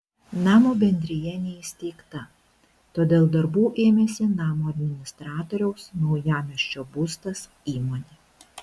namo bendrija neįsteigta todėl darbų ėmėsi namo administratoriaus naujamiesčio būstas įmonė